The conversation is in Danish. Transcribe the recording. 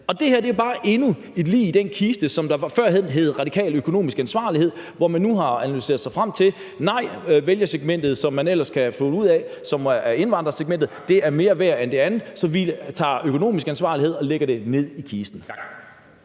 Og det her er bare endnu et lig i den kiste, som førhen hed: radikal økonomisk ansvarlighed. Men nu har man analyseret sig frem til, at vælgersegmentet er indvandrerne, og at det er mere værd end det andet, og så tager man den økonomiske ansvarlighed og lægger den ned i kisten.